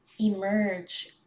emerge